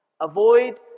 Avoid